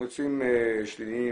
תמריצים שליליים,